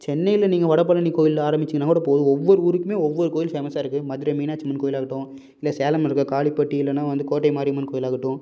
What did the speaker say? சென்னையில் நீங்கள் வடபழனி கோயிலில் ஆரம்பிச்சிங்கன்னா கூட போதும் ஒவ்வொரு ஊருக்குமே ஒவ்வொரு கோயில் ஃபேமஸாக இருக்கு மதுரை மீனாட்சி அம்மன் கோயிலாகட்டும் இல்லை சேலம்ல இருக்க காளிப்பட்டி இல்லைனா வந்து கோட்டை மாரியம்மன் கோயிலாகட்டும்